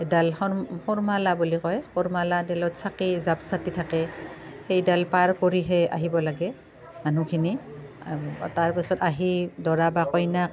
ডালিখন সৰুমালা বুলি কয় সৰুমালাডালত চাকি জাপ চাকি থাকে সেইডাল পাৰ কৰিহে আহিব লাগে মানুহখিনি তাৰপিছত আহি দৰা বা কইনাক